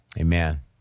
amen